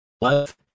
love